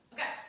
Okay